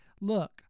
look